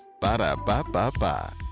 Ba-da-ba-ba-ba